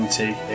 take